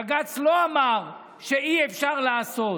בג"ץ לא אמר שאי-אפשר לעשות,